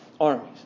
armies